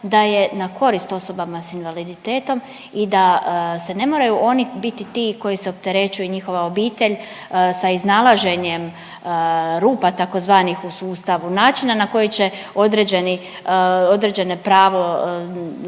da je na korist osobama s invaliditetom i da se ne moraju oni biti ti koji se opterećuju i njihova obitelj sa iznalaženjem rupa tzv. u sustavu, način na koji će određeni, određeno pravo